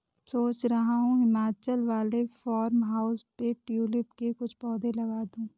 सोच रहा हूं हिमाचल वाले फार्म हाउस पे ट्यूलिप के कुछ पौधे लगा दूं